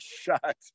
shut